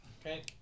Okay